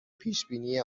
پیشبینی